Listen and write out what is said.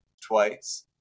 twice